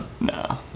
No